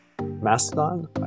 mastodon